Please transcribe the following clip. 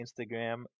Instagram